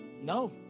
No